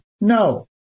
no